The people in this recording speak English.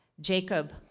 Jacob